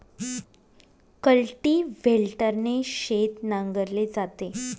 कल्टिव्हेटरने शेत नांगरले जाते